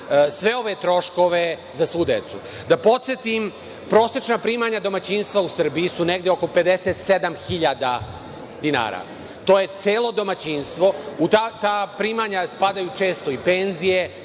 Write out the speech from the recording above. sve ove troškove za svu decu. Da podsetim, prosečna primanja domaćinstva u Srbiji su negde oko 57 hiljada dinara. To je celo domaćinstvo, u ta primanja spadaju često i penzije,